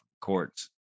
courts